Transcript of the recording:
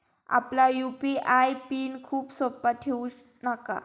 आपला UPI PIN खूप सोपा ठेवू नका